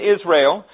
Israel